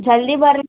ಜಲ್ದಿ ಬರ್ರಿ